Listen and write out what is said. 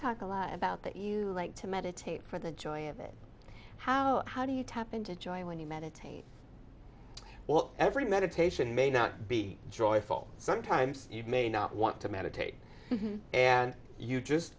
talk a lot about that you like to meditate for the joy of it how how do you tap into joy when you meditate well every meditation may not be joyful sometimes you may not want to meditate and you just